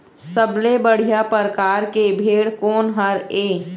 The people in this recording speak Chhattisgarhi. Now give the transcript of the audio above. सबले बढ़िया परकार के भेड़ कोन हर ये?